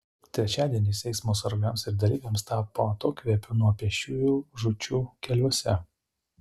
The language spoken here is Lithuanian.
trečiadienis eismo sargams ir dalyviams tapo atokvėpiu nuo pėsčiųjų žūčių keliuose